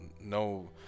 no